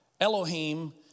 Elohim